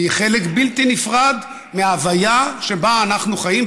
היא חלק בלתי נפרד מההוויה שבה אנו חיים,